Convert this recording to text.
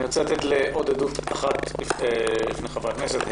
אני רוצה לאפשר עוד עדות אחת לפני חברי כנסת.